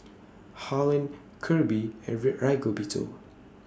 Harlen Kirby and Ray Rigoberto